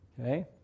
Okay